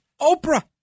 Oprah